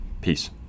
Peace